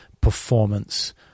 performance